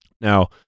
Now